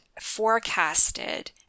forecasted